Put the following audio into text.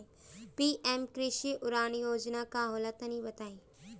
PM Krishi Udan Yojana का होला तनि बताई?